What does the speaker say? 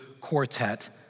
quartet